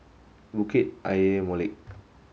Bukit Ayer Molek